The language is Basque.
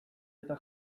eta